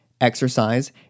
exercise